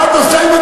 תשאל אתה,